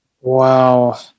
wow